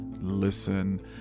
listen